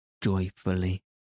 joyfully